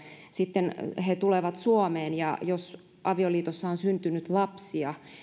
sitten tulevat suomeen ja jos avioliitossa on syntynyt lapsia